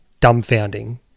dumbfounding